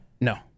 No